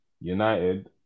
United